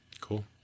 Cool